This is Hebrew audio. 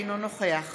אינו נוכח